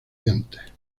dientes